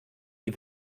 die